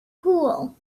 pool